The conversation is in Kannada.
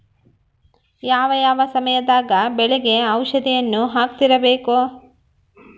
ಯಾವ ಯಾವ ಸಮಯದಾಗ ಬೆಳೆಗೆ ಔಷಧಿಯನ್ನು ಹಾಕ್ತಿರಬೇಕು?